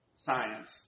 science